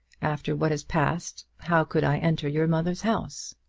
after what has passed, how could i enter your mother's house?